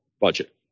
budget